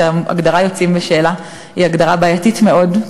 שההגדרה "יוצאים בשאלה" היא הגדרה בעייתית מאוד,